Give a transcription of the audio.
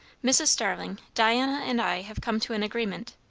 mrs. starling, diana and i have come to an agreement.